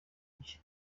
bye